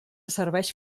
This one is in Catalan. serveix